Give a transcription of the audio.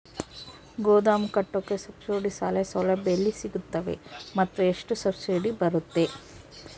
ಗೋದಾಮು ಕಟ್ಟೋಕೆ ಸಬ್ಸಿಡಿ ಸಾಲ ಸೌಲಭ್ಯ ಎಲ್ಲಿ ಸಿಗುತ್ತವೆ ಮತ್ತು ಎಷ್ಟು ಸಬ್ಸಿಡಿ ಬರುತ್ತೆ?